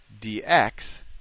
dx